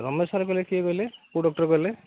Ramesh sir କହିଲେ କିଏ କହିଲେ କେଉଁ ଡକ୍ଟର୍ କହିଲେ